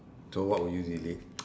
so what will you delete